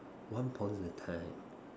once upon the time